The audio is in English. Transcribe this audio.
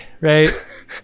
right